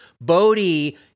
Bodhi